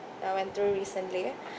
I went through recently